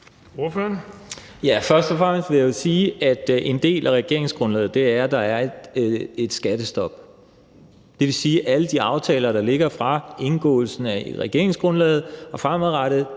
Først og fremmest vil jeg jo sige, at det er en del af regeringsgrundlaget, at der er et skattestop. Det vil sige, at alle de aftaler, der ligger fra indgåelsen af regeringsgrundlaget og fremadrettet,